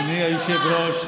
אדוני היושב-ראש,